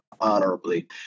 honorably